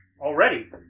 already